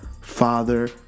father